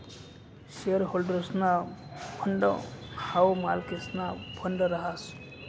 share होल्डर्सना fund हाऊ मालकेसना फंड रहास